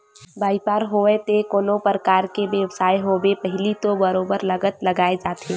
बइपार होवय ते कोनो परकार के बेवसाय होवय पहिली तो बरोबर लागत लगाए जाथे